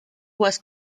was